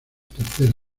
tercer